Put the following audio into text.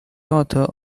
author